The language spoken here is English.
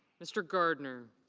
mr. gardner.